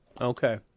okay